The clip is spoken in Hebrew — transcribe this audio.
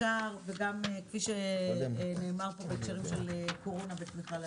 מחקר וגם כפי שנאמר פה בהקשרים של קורונה בתמיכה לעסקים.